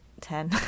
ten